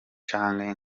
canke